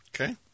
okay